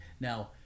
Now